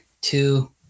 two